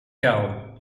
kou